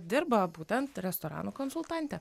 dirba būtent restoranų konsultante